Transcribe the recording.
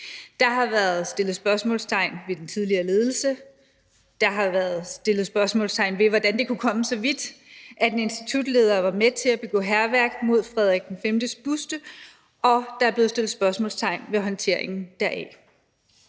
Der har været sat spørgsmålstegn ved den tidligere ledelse, der har været sat spørgsmålstegn ved, hvordan det kunne komme så vidt, at en institutleder var med til at begå hærværk mod Frederik V's buste, og der er blevet sat spørgsmålstegn ved håndteringen deraf.